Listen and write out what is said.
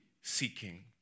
seeking